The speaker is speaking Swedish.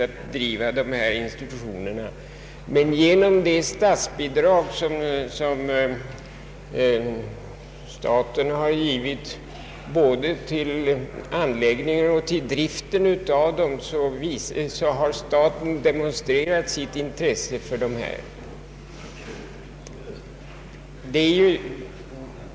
Gentemot detta kan anföras att staten genom det statsbidrag som har utgått både till anläggningsoch driftkostnader för barnstugeverksamheten har demonstrerat sitt intresse för denna verksamhet.